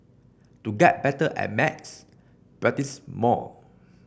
to get better at maths practise more